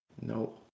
no